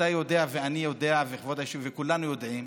אתה יודע ואני יודע וכבוד היושב-ראש וכולנו יודעים